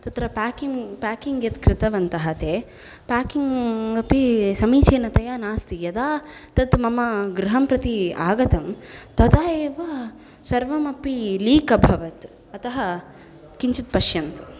तत्र packing packing यत्कृतवन्तः ते पेकिङ्ग् अपि समीचिनतया नास्ति यदा तत् मम गृहं प्रति आगतं तदा एव सर्वमपि लीक् अभवत् अतः किञ्चित् पश्यन्तु